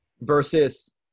Versus